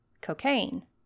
cocaine